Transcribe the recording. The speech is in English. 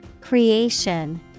Creation